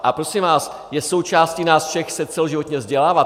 A prosím vás, je součástí nás všech se celoživotně vzdělávat.